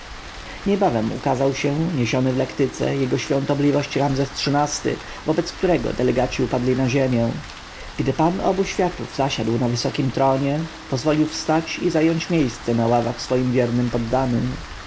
niebawem ukazał się niesiony w lektyce jego świątobliwość ramzes xiii-ty wobec którego delegaci upadli na ziemię gdy pan obu światów zasiadł na wysokim tronie pozwolił wstać i zająć miejsce na ławach swoim wiernym poddanym